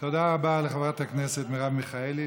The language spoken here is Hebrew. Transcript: תודה רבה לחברת הכנסת מרב מיכאלי.